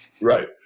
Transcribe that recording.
Right